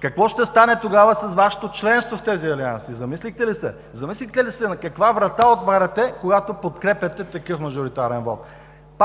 Какво ще стане тогава с Вашето членство в тези алианси? Замислихте ли се? Замислихте ли се на каква врата отваряте, когато подкрепяте такъв мажоритарен вот?